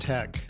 Tech